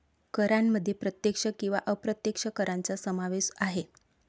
करांमध्ये प्रत्यक्ष किंवा अप्रत्यक्ष करांचा समावेश आहे